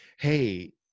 hey